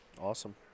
Awesome